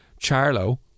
Charlo